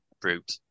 brute